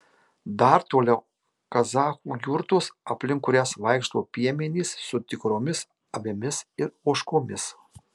dar toliau kazachų jurtos aplink kurias vaikšto piemenys su tikromis avimis ir ožkomis